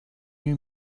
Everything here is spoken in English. you